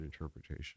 interpretation